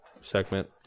segment